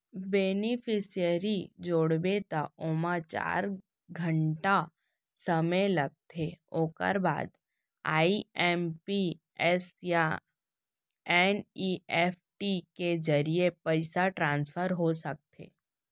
beneficiary जोड़बे त ओमा चार घंटा समे लागथे ओकर बाद आइ.एम.पी.एस या एन.इ.एफ.टी के जरिए पइसा ट्रांसफर हो सकथे